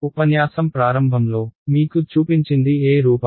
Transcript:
ఉపన్యాసం ప్రారంభంలో మీకు చూపించింది ఏ రూపం